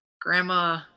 Grandma